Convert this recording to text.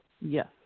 Yes